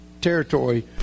territory